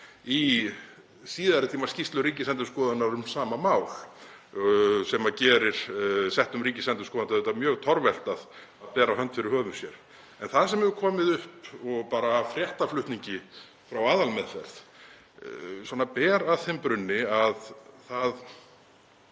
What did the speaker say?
í síðari tíma skýrslu Ríkisendurskoðunar um sama mál sem gerir settum ríkisendurskoðanda auðvitað mjög torvelt að bera hönd fyrir höfuð sér. Það sem hefur komið upp, bara af fréttaflutningi frá aðalmeðferð, ber að þeim brunni að það